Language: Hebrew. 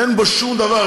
אין בו שום דבר.